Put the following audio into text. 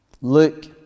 Look